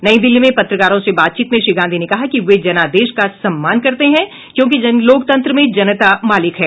नई दिल्ली में पत्रकारों से बातचीत में श्री गांधी ने कहा कि वे जनादेश का सम्मान करते हैं क्योंकि लोकतंत्र में जनता मालिक है